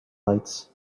lights